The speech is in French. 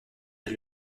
est